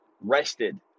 rested